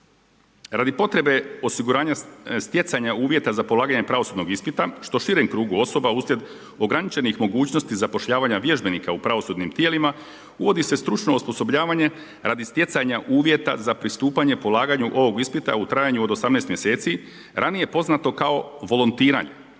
Radi potrebe osiguranja stjecanja uvjeta za polaganje pravosudnog ispita što širem krugu osoba uslijed ograničenih mogućnosti zapošljavanja vježbenika u pravosudnim tijelima, uvodi se stručno osposobljavanje radi stjecanja uvjeta za pristupanje polaganju ovog ispita u trajanju od 18 mj. ranije poznato kao volontiranje